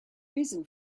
reason